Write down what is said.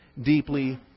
deeply